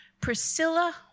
Priscilla